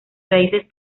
raíces